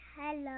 Hello